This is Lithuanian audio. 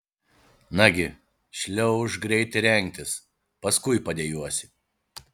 nagi šliaužk greitai rengtis paskui padejuosi